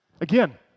again